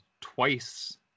twice